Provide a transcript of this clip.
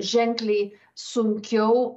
ženkliai sunkiau